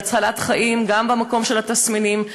זה הצלת חיים גם במקום של התסמינים,